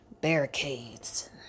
barricades